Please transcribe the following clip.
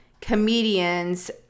comedians